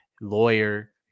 lawyer